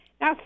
Now